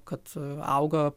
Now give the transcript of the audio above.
kad auga